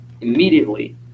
immediately